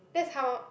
that's how